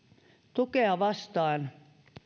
tukea vastaan